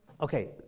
Okay